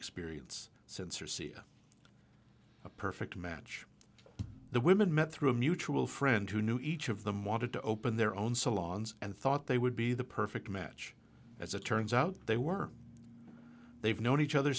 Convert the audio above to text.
experience sensor see a perfect match for the women met through a mutual friend who knew each of them wanted to open their own salons and thought they would be the perfect match as it turns out they were they've known each other